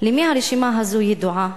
10. למי הרשימה הזאת ידועה?